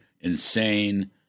insane